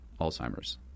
Alzheimer's